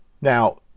Now